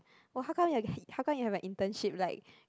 !wah! how come you how come you have a internship like